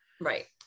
right